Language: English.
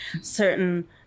Certain